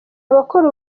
abakora